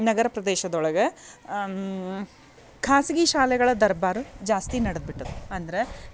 ನಗರ ಪ್ರದೇಶದೊಳಗೆ ಖಾಸಗಿ ಶಾಲೆಗಳ ದರ್ಬಾರು ಜಾಸ್ತಿ ನಡದು ಬಿಟ್ಟದ ಅಂದ್ರೆ